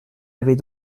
avait